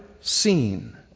seen